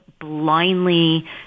blindly